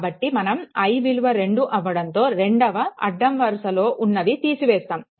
కాబట్టి మనం i విలువ 2 అవ్వడంతో రెండవ అడ్డం వరుసలో ఉన్నవి తీసేస్తాము